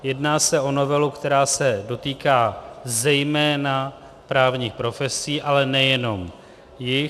Jedná se o novelu, která se dotýká zejména právních profesí, ale nejenom jich.